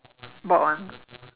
brought one